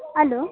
hello